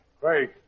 Craig